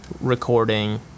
recording